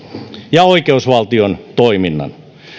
ja oikeusvaltion toiminnan